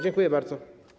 Dziękuję bardzo.